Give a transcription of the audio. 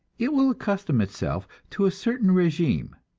it will accustom itself to a certain regime,